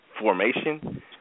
formation